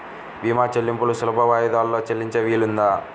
భీమా చెల్లింపులు సులభ వాయిదాలలో చెల్లించే వీలుందా?